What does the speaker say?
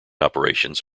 operations